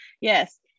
Yes